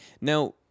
Now